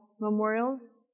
memorials